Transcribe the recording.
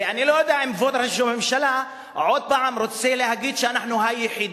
ואני לא יודע אם כבוד ראש הממשלה עוד פעם רוצה להגיד שאנחנו היחידים.